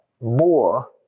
more